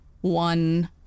one